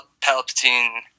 Palpatine